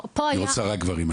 היא רוצה רק גברים.